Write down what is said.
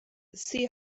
see